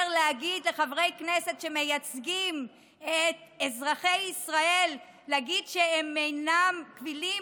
להגיד לחברי כנסת שמייצגים את אזרחי ישראל שהם אינם קבילים